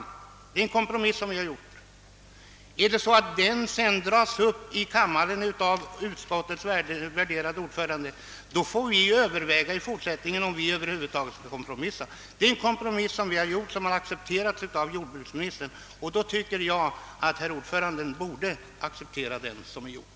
Är det så att den kompromiss som vi har gjort sedan dras upp i kammaren av utskottets värderade ordförande, så får vi överväga om vi i fortsättningen över huvud taget skall kompromissa. Det är alltså fråga om en kompromiss som vi har träffat och som har accepterats av jordbruksministern. Då borde också utskottets ordförande respektera denna kompromiss.